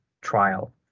trial